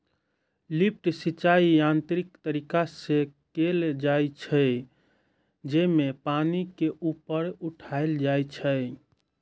lift सिंचाइ यांत्रिक तरीका से कैल जाइ छै, जेमे पानि के ऊपर उठाएल जाइ छै